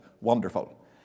wonderful